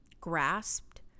grasped